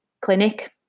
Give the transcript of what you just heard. clinic